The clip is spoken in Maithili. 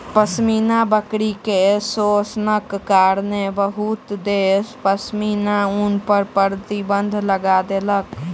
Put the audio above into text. पश्मीना बकरी के शोषणक कारणेँ बहुत देश पश्मीना ऊन पर प्रतिबन्ध लगा देलक